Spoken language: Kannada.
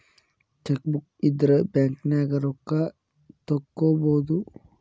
ಚೆಕ್ಬೂಕ್ ಇದ್ರ ಬ್ಯಾಂಕ್ನ್ಯಾಗ ರೊಕ್ಕಾ ತೊಕ್ಕೋಬಹುದು